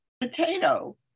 Potato